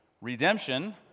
redemption